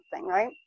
right